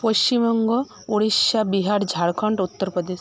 Paschimbanga Orissa Bihar Jharkhand Uttar Pradesh